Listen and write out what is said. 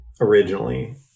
originally